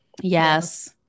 Yes